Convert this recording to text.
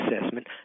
assessment